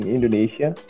Indonesia